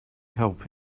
help